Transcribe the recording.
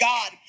God